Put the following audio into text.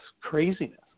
craziness